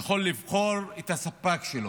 יכול לבחור את הספק שלו.